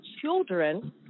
children